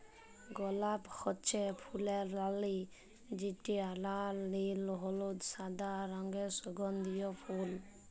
গলাপ হচ্যে ফুলের রালি যেটা লাল, নীল, হলুদ, সাদা রঙের সুগন্ধিও ফুল